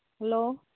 hello